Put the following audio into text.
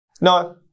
No